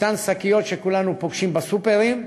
אותן שקיות שכולנו פוגשים בסופֶּרים.